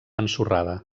ensorrada